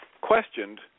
questioned